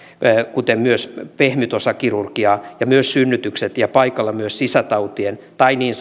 kuten myös pehmytosakirurgiaa ja myös synnytykset ja paikalla ovat myös sisätautien tai niin